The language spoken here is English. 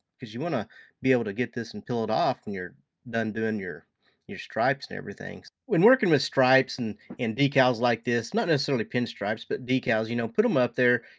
because you want to be able to get this and peel it off when you're done doing your your stripes and everything. when working with stripes and decals like this, not necessarily pinstripes, but decals, you know put them up there.